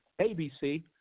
ABC